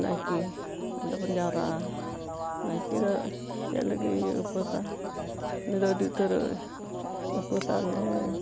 ᱱᱟᱭᱠᱮ ᱚᱸᱰᱮ ᱵᱚᱱ ᱡᱟᱣᱨᱟᱜᱼᱟ ᱱᱟᱭᱠᱮ ᱫᱚ ᱪᱮᱫ ᱞᱟᱹᱜᱤᱫ ᱮ ᱩᱯᱟᱹᱥᱟ ᱩᱱᱤ ᱫᱚ ᱟᱹᱰᱤ ᱩᱛᱟᱹᱨ ᱩᱯᱟᱹᱥ ᱟᱨ